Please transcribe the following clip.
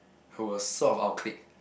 who was sort of our clique